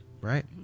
right